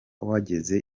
wageze